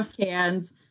cans